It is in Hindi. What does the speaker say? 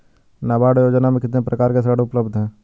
नाबार्ड योजना में कितने प्रकार के ऋण उपलब्ध हैं?